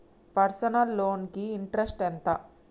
Personal loan కి interest ఎంత?